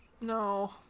No